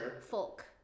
Folk